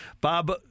Bob